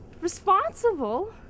Responsible